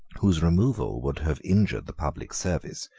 whose removal would have injured the public service,